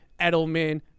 Edelman